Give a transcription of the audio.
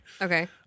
Okay